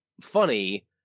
funny